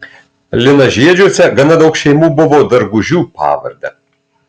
linažiedžiuose gana daug šeimų buvo dargužių pavarde